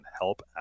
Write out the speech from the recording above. help